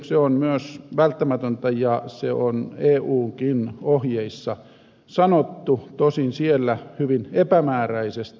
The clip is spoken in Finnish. se on myös välttämätöntä ja se on eunkin ohjeissa sanottu tosin siellä hyvin epämääräisesti